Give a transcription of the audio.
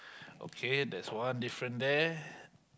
okay that's one different there